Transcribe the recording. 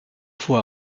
fois